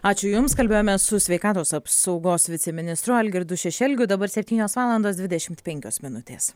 ačiū jums kalbėjome su sveikatos apsaugos viceministru algirdu šešelgiu dabar septynios valandos dvidešimt penkios minutės